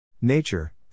nature